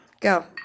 Go